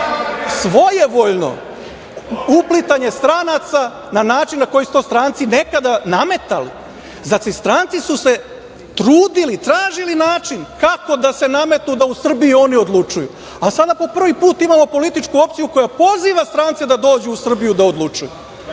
svojevoljno uplitanje stranaca na način na koji su to stranci nekada nametali, znači stranci su se trudili, tražili način, kako da se nametnu da oni u Srbiji odlučuju. Sada po prvi put imamo političku opciju koja poziva strance da dođu u Srbiju da odlučuju. Jel